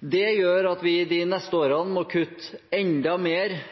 Dette gjør at vi i de neste årene må kutte enda mer